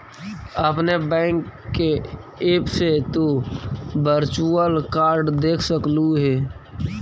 अपने बैंक के ऐप से तु वर्चुअल कार्ड देख सकलू हे